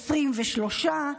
היו 23,